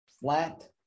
flat